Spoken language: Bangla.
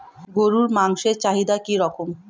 গরুর মাংসের চাহিদা কি রকম?